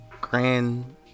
Grand